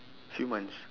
few months